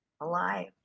alive